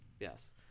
Yes